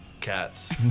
cats